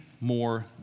more